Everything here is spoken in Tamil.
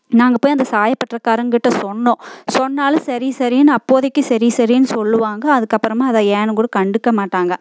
நாங்கள் போய் அந்த சாயப்பட்டறக்காரங்கக்கிட்ட சொன்னோம் சொன்னாலும் சரி சரின்னு அப்போதைக்கு சரி சரின்னு சொல்லுவாங்க அதுக்கப்புறமா அதை ஏன்னு கூட கண்டுக்க மாட்டாங்க